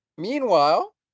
Meanwhile